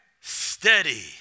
Steady